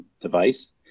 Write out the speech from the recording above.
device